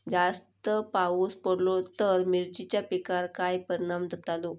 जास्त पाऊस पडलो तर मिरचीच्या पिकार काय परणाम जतालो?